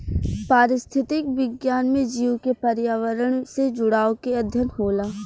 पारिस्थितिक विज्ञान में जीव के पर्यावरण से जुड़ाव के अध्ययन होला